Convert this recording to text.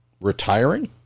retiring